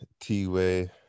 T-Way